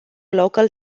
local